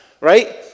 right